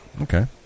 Okay